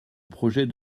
projet